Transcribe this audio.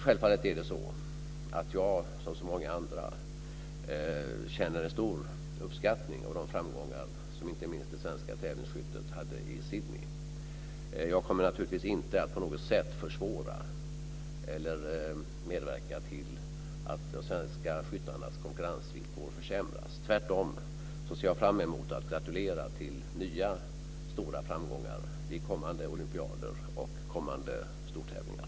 Självfallet är det så att jag som så många andra känner en stor uppskattning när det gäller de framgångar som inte minst det svenska tävlingsskyttet hade i Sydney. Jag kommer naturligtvis inte att på något sätt försvåra för dem eller medverka till att de svenska skyttarnas konkurrensvillkor försämras. Tvärtom ser jag fram emot att gratulera till nya stora framgångar vid kommande olympiader och kommande stortävlingar.